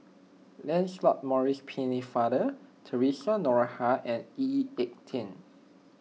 Lancelot Maurice Pennefather theresa Noronha and Lee Ek Tieng